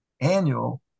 annual